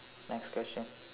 next question